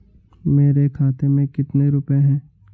मेरे खाते में कितने रुपये हैं?